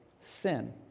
sin